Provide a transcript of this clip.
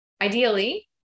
ideally